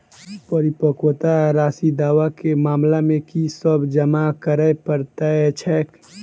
परिपक्वता राशि दावा केँ मामला मे की सब जमा करै पड़तै छैक?